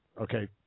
Okay